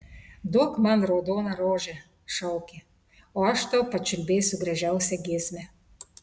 duok man raudoną rožę šaukė o aš tau pačiulbėsiu gražiausią giesmę